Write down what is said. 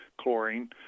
chlorine